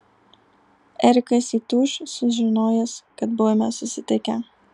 erikas įtūš sužinojęs kad buvome susitikę